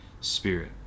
Spirit